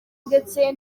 ndetse